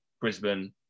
brisbane